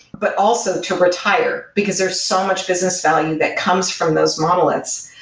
but also to retire, because there's so much business value that comes from those monoliths.